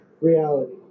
reality